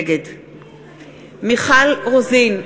נגד מיכל רוזין,